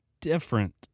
different